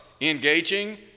engaging